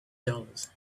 dollars